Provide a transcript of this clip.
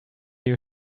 you